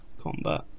combat